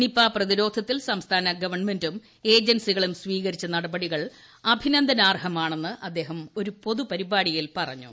Nipah പ്രതിരോധത്തിൽ സംസ്ഥാന ഗവൺമെന്റുകളും ഏജൻസികളും സ്വീകരിച്ച നടപടികൾ അഭിനന്ദാർഹമാണെന്ന് അദ്ദേഹം പൊതുപരിപാടിയിൽ പറഞ്ഞു